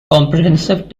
comprehensive